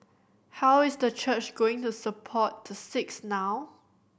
how is the church going to support the six now